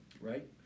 Right